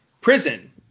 Prison